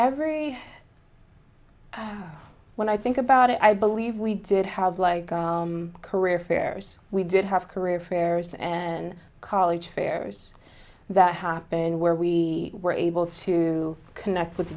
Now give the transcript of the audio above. every day when i think about it i believe we did have like career fairs we did have career fairs and college fairs that happen where we were able to connect with